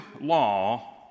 law